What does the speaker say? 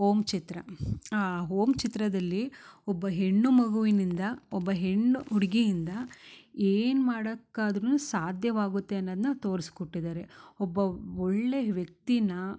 ಓಂ ಚಿತ್ರ ಆ ಓಂ ಚಿತ್ರದಲ್ಲಿ ಒಬ್ಬ ಹೆಣ್ಣು ಮಗುವಿನಿಂದ ಒಬ್ಬ ಹೆಣ್ಣು ಹುಡುಗಿಯಿಂದ ಏನು ಮಾಡಕ್ಕಾದ್ದರೂನು ಸಾಧ್ಯವಾಗುತ್ತೆ ಅನ್ನೊದನ್ನ ತೊರ್ಸ್ಕೊಟ್ಟಿದ್ದಾರೆ ಒಬ್ಬ ಒಳ್ಳೆಯ ವ್ಯಕ್ತಿನ